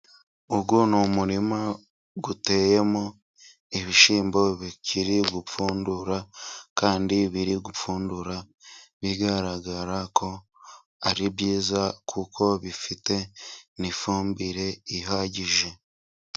Uwo ni umurima uteyemo ibishyimbo bikiri gupfundura, kandi biri gupfundura bigaragara ko ari byiza kuko bifite n'ifumbire ihagije.